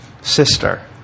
sister